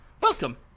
Welcome